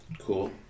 Cool